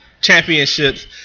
championships